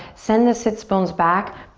send the sits bones back.